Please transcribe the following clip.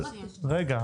רגע,